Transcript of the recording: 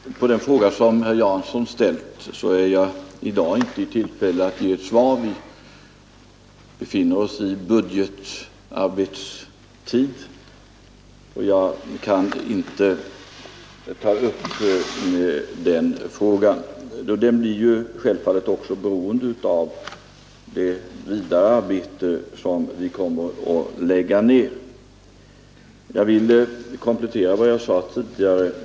Herr talman! På den fråga som herr Jansson ställt är jag i dag inte i tillfälle att ge något svar. Vi befinner oss i budgetarbetstid, och jag kan inte ta upp den frågan. Svaret blir självfallet också beroende av det vidare arbete som vi kommer att lägga ner. Jag vill komplettera vad jag sade tidigare.